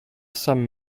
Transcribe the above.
some